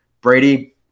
Brady